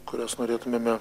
kurias norėtumėme